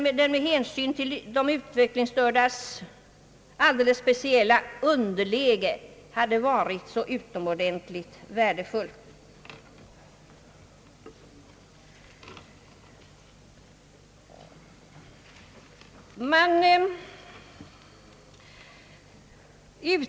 Med hänsyn till de utvecklingsstördas alldeles speciella underläge hade det varit utomordentligt värdefullt att här följa utredningens förslag.